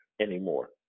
anymore